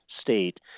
state